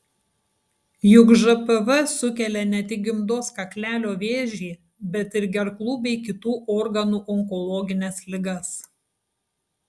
juk žpv sukelia ne tik gimdos kaklelio vėžį bet ir gerklų bei kitų organų onkologines ligas